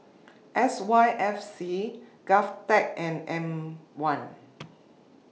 S Y F C Govtech and M one